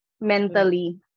Mentally